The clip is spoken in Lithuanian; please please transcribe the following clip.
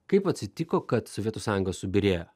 kaip atsitiko kad sovietų sąjunga subyrėjo